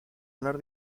honor